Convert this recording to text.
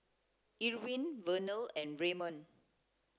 Irvin Vernal and Ramon